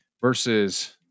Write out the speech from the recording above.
Versus